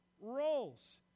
roles